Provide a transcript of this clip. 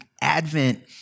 Advent